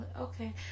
Okay